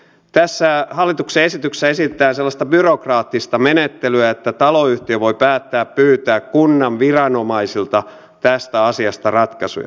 tässä hallituksen esityksessä esitetään sellaista byrokraattista menettelyä että taloyhtiö voi päättää pyytää kunnan viranomaisilta tästä asiasta ratkaisuja